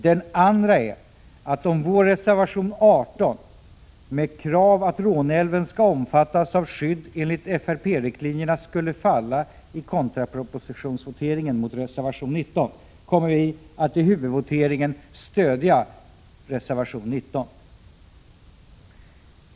Den andra är att om vår reservation 18, med krav att Råneälven skall omfattas av skydd enligt FRP-riktlinjerna, skulle falla i kontrapropositionsvoteringen mot reservation 19, kommer vi att i huvudvoteringen stödja reservation 19.